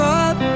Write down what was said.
up